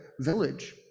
village